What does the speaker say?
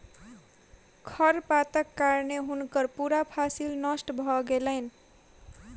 खरपातक कारणें हुनकर पूरा फसिल नष्ट भ गेलैन